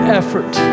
effort